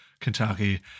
Kentucky